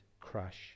crash